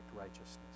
righteousness